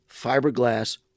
fiberglass